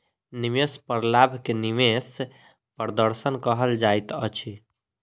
निवेश पर लाभ के निवेश प्रदर्शन कहल जाइत अछि